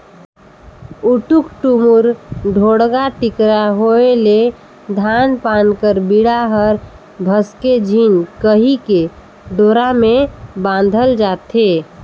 उटुक टुमुर, ढोड़गा टिकरा होए ले धान पान कर बीड़ा हर भसके झिन कहिके डोरा मे बाधल जाथे